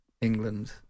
england